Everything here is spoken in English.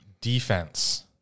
Defense